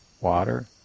water